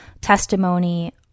testimony